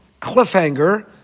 Cliffhanger